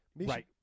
right